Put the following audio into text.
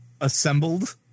assembled